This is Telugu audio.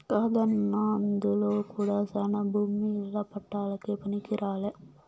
కాదన్నా అందులో కూడా శానా భూమి ఇల్ల పట్టాలకే పనికిరాలే